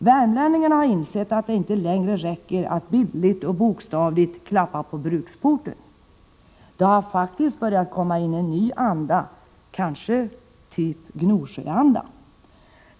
Värmlänningarna har insett, att det inte längre räcker att bildligt och bokstavligt ”klappa på bruksporten”. Det har faktiskt börjat komma in en ny anda, kanske av samma typ som Gnosjöandan.